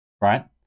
right